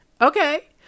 Okay